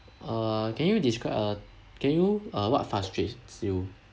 uh can you describe a can you uh what frustrates you